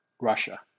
Russia